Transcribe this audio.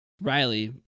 riley